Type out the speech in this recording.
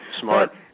Smart